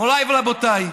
מוריי ורבותיי,